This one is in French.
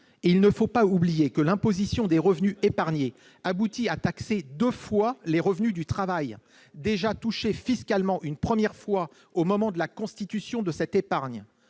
Il ne faut pas oublier que l'imposition des revenus épargnés aboutit à taxer deux fois les revenus du travail, déjà touchés fiscalement une première fois au moment de la constitution de l'épargne.